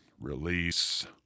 release